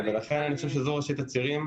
לכן אני חושב שזו ראשית הצירים,